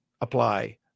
apply